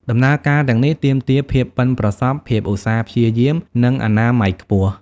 ដំណើរការទាំងនេះទាមទារភាពប៉ិនប្រសប់ ភាពឧស្សាហ៍ព្យាយាម និងអនាម័យខ្ពស់។